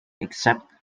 except